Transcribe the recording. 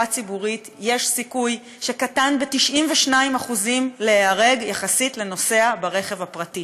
הציבורית יש סיכוי שקטן ב-92% להיהרג יחסית לנוסע ברכב הפרטי.